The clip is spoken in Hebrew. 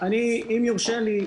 אם יורשה לי,